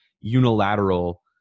unilateral